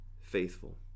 faithful